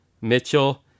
Mitchell